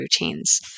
routines